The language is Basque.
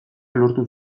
lortu